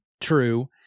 true